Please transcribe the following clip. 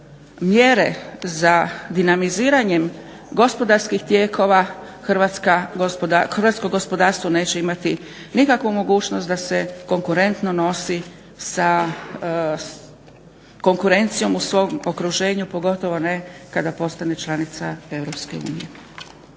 mjere za dinamiziranjem gospodarskih tijekova hrvatsko gospodarstvo neće imati nikakvu mogućnost da se konkurentno nosi sa konkurencijom u svom okruženju pogotovo ne kada postane članica